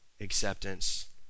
acceptance